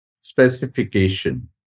specification